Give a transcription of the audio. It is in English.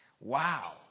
Wow